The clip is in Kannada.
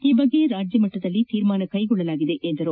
ಈ ಬಗ್ಗೆ ರಾಜ್ಯ ಮಟ್ಟದಲ್ಲಿ ತೀರ್ಮಾನ ಕೈಗೊಳ್ಳಲಾಗಿದೆ ಎಂದರು